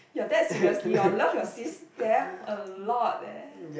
your dad seriously hor love your sis damn a lot eh